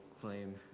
claim